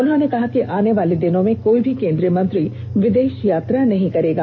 उन्होंने कहा कि आने वाले दिनों में कोई भी केंद्रीय मंत्री विदेश यात्रा नहीं करेगा